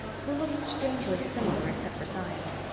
who look strangely similar except for size.